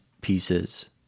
pieces